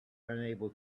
unable